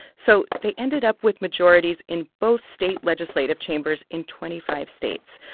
so they ended up with majorities in both state legislative chambers in twenty five states,